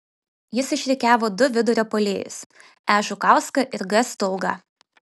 jis išrikiavo du vidurio puolėjus e žukauską ir g stulgą